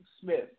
Smith